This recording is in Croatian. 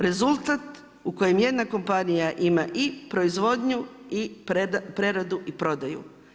Rezultat u kojem jedna kompanija ima i proizvodnju i preradu i prodaju.